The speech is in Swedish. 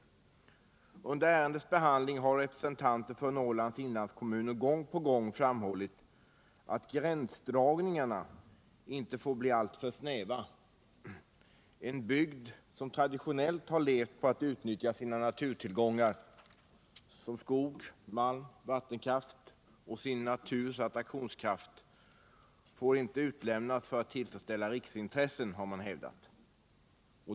Under ärendets behandling har representanter för Norrlands inlandskommuner gång på gång framhållit att gränsdragningarna inte får bli alltför snäva. Man har hävdat att en bygd som traditionellt har levt på att utnyttja sina naturtillgångar — skog, malm och vattenkraft — och sin naturs attraktionskraft inte får utlämnas för att tillfredsställa riksintressen.